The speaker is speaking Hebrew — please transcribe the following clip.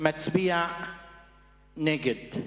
מצביע נגד.